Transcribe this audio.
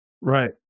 Right